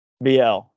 BL